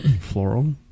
floral